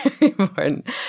important